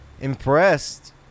impressed